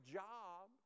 job